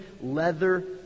leather